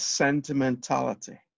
sentimentality